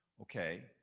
Okay